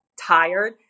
tired